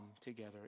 together